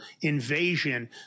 invasion